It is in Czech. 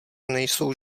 nejsou